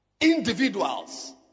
individuals